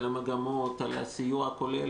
על המגמות ועל הסיוע הכולל,